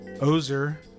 ozer